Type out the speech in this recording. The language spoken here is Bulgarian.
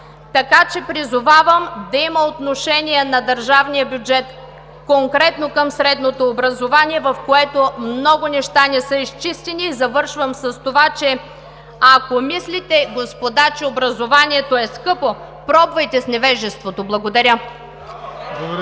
така че призовавам да има отношение на държавния бюджет конкретно към средното образование, в което много неща не са изчистени. И завършвам с това: ако мислите, господа, че образованието е скъпо, пробвайте с невежеството! Благодаря.